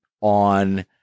on